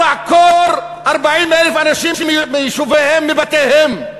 ולעקור 40,000 אנשים מיישוביהם ומבתיהם.